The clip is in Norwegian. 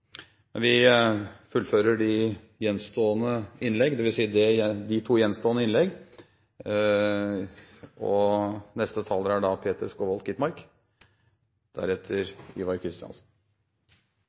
Vi fullfører de to gjenstående innleggene, og neste taler er Peter Skovholt Gitmark.